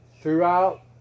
throughout